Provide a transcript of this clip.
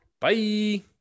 Bye